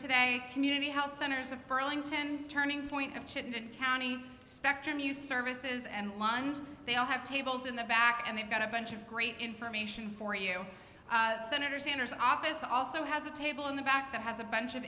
today community health centers of burlington turning point of county spectrum youth services and lines they all have tables in the back and they've got a bunch of great information for you senator sanders office also has a table in the back that has a bunch of